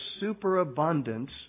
superabundance